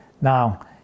Now